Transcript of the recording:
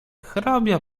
hrabia